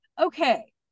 okay